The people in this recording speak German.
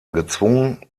gezwungen